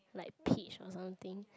like peach or something